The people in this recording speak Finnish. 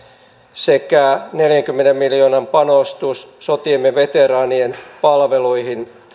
sekä neljänkymmenen miljoonan panostus sotiemme veteraanien palveluihin